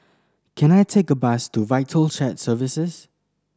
can I take a bus to Vital Shared Services